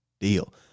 deal